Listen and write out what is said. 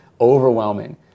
overwhelming